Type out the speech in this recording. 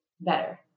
better